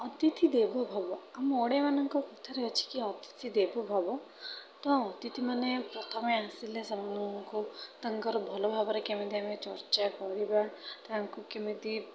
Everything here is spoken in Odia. ଅତିଥି ଦେବୋ ଭବଃ ଆମ ଓଡ଼ିଆମାନଙ୍କ କଥାରେ ଅଛି କି ଅତିଥି ଦେବୋ ଭବଃ ତ ଅତିଥିମାନେ ପ୍ରଥମେ ଆସିଲେ ସବୁଙ୍କୁ ତାଙ୍କର ଭଲ ଭାବରେ କେମିତି ଆମେ ଚର୍ଚ୍ଚା କରିବା ତାଙ୍କୁ କେମିତି